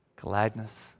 gladness